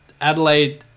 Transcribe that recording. Adelaide